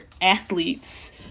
athletes